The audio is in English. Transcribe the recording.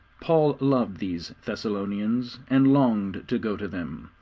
paul loved these thessalonians, and longed to go to them.